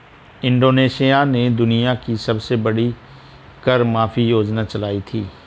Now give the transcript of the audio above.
Indonesia ने दुनिया की सबसे बड़ी कर माफी योजना चलाई थी